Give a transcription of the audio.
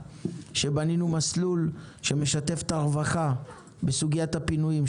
שבנינו מסלול שמשתף את הרווחה בסוגית הפינויים,